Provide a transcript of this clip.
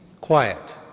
Quiet